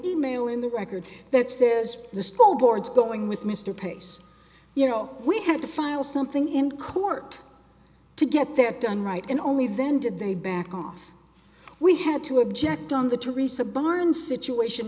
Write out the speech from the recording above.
email in the record that says the school board's going with mr pace you know we had to file something in court to get that done right and only then did they back off we had to object on the teresa bond situation